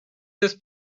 this